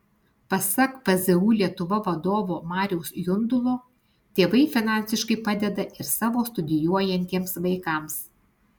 pasak pzu lietuva vadovo mariaus jundulo tėvai finansiškai padeda ir savo studijuojantiems vaikams